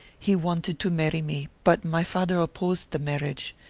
he wanted to marry me, but my father opposed the marriage.